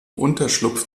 unterschlupf